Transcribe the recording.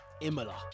Imola